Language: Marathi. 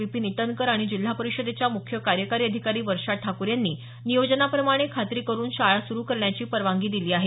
विपीन इटनकर आणि जिल्हा परिषदेच्या मुख्य कार्यकारी अधिकारी वर्षा ठाकूर यांनी नियोजनाप्रमाणे खात्री करुन शाळा सुरु करण्याची परवानगी दिली आहे